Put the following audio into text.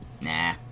Nah